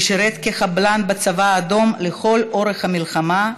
ששירת כחבלן בצבא האדום לכל אורך המלחמה,